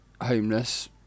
homeless